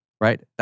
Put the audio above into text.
Right